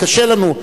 קשה לנו.